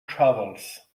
travels